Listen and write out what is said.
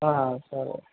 ఆ సరే